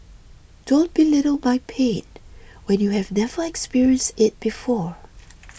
don't belittle my pain when you have never experienced it before